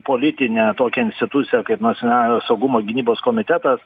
politinę tokią instituciją kaip nacionalinio saugumo gynybos komitetas